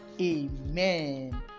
Amen